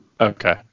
Okay